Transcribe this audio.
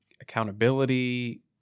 accountability